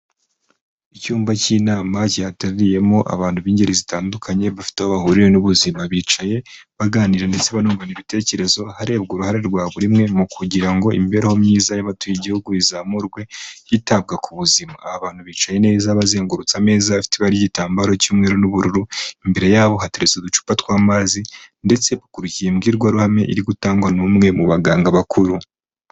Icyumba cy'inama cyaterayemo abantu b'ingeri zitandukanye, bafite aho bahuriye n'ubuzima. Bicaye baganira ndetse banungurana ibitekerezo, harebwa uruhare rwa buri umwe mu kugira ngo imibereho myiza y'abatuye igihugu izamurwe, hitabwa ku buzima. Aba bantu bicaye neza, bazengurutse ameza afite ibara ry'igitambaro cy'umweru n'ubururu, imbere yabo hateretse uducupa tw'amazi ndetse bakurikiye imbwirwaruhame, iri gutangwa n'umwe mu baganga bakuru.